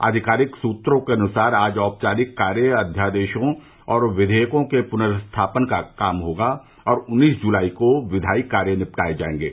आधिकारिक सूत्रों के अनुसार आज औपचारिक कार्य अध्यादेशों और विधेयकों के पुर्नस्थापन का काम होगा और उन्नीस जुलाई को विधायी कार्य किये जायेंगे